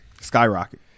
skyrocket